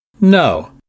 No